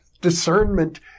discernment